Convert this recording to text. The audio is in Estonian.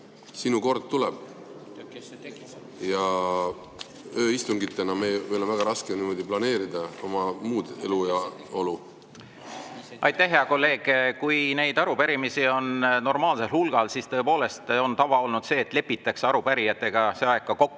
sinu kord tuleb. Ja ööistungite korral on meil väga raske planeerida oma muud elu ja olu. Aitäh! Hea kolleeg, kui arupärimisi on normaalsel hulgal, siis tõepoolest on tava olnud see, et lepitakse arupärijatega kokku,